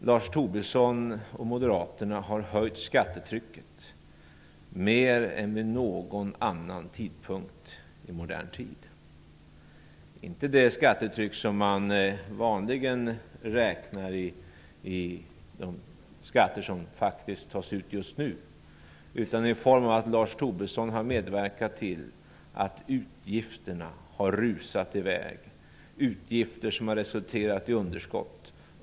Lars Tobisson och Moderaterna har höjt skattetrycket mer än vid någon annan tidpunkt i modern tid. Det har inte gjorts vad gäller det skattetryck som man vanligen räknar i de skatter som faktiskt tas ut just nu, utan i form av att Lars Tobisson har medverkat till att utgifterna har rusat i väg. Utgifterna har resulterat i underskott.